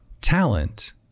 talent